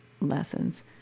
Lessons